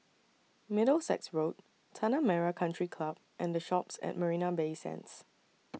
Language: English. Middlesex Road Tanah Merah Country Club and The Shoppes At Marina Bay Sands